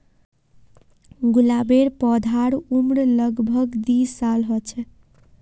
गुलाबेर पौधार उम्र लग भग दी साल ह छे